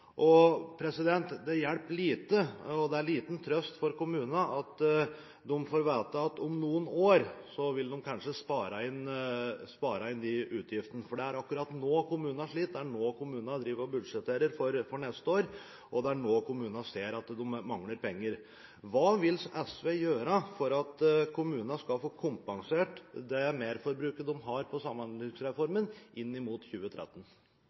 får kompensert. Det hjelper lite, og det er liten trøst for kommunene i å få vite at de om noen år kanskje vil spare inn de utgiftene. Det er akkurat nå kommunene sliter, det er nå de budsjetterer for neste år, og det er nå kommunene ser at de mangler penger. Hva vil SV gjøre for at kommunene skal få kompensert det merforbruket de har på grunn av Samhandlingsreformen, inn mot 2013?